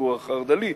הציבור החרד"לי,